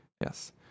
Yes